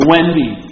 Wendy